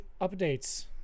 updates